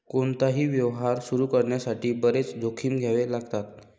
कोणताही व्यवसाय सुरू करण्यासाठी बरेच जोखीम घ्यावे लागतात